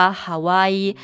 Hawaii